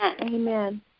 Amen